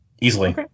Easily